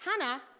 Hannah